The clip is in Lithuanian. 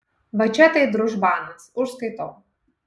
va čia tai družbanas užskaitau